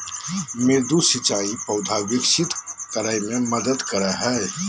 मृदु सिंचाई पौधा विकसित करय मे मदद करय हइ